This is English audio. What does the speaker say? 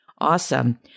Awesome